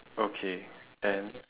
okay and